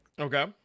Okay